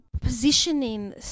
positioning